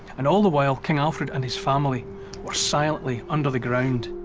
and all the while, king alfred and his family were silently under the ground.